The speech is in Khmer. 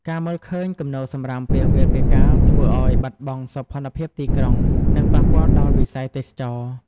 ការមើលឃើញគំនរសំរាមពាសវាលពាសកាល ធ្វើឲ្យបាត់បង់សោភ័ណភាពទីក្រុង និងប៉ះពាល់ដល់វិស័យទេសចរណ៍។